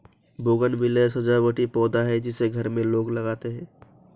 bougainvillea सजावटी पौधा है जिसे घर में लोग लगाते हैं